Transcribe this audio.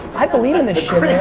i believe in this